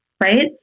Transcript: Right